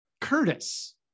Curtis